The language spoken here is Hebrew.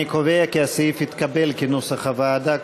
אני קובע כי הסעיף התקבל כנוסח הוועדה,